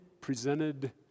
presented